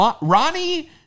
Ronnie